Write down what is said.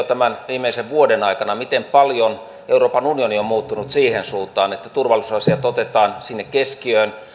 tämän viimeisen vuoden aikana euroopan unioni on muuttunut siihen suuntaan että turvallisuusasiat otetaan sinne keskiöön